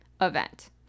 event